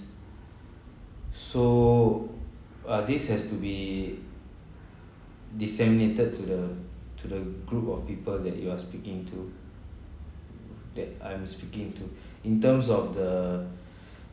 so uh this has to be disseminated to the to the group of people that you are speaking to that I'm speaking to in terms of the